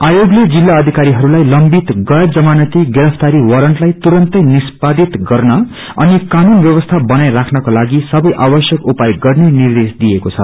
आयोगले जित्ला आधिकारीहरूलाई लंबित गैर जमानती गिरफ्तारी वारंटलाई तुरूत्तै निस्पादित गर्न अनि कानून व्यवस्था ाबनाई राख्नको लागि सबै आवश्यक उपाय गर्ने निर्देश दिएको छ